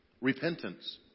Repentance